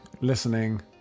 listening